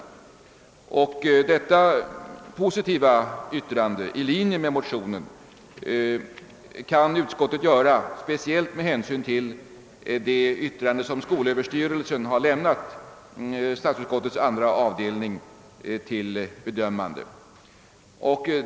Detta positiva yttrande i linje med motionens syfte kan utskottet göra speciellt med hänsyn till det yttrande som skolöverstyrelsen har lämnat statsutskottets andra avdelning till bedömande.